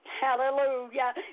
Hallelujah